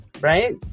right